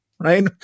Right